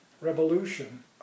revolution